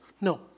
no